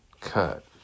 cut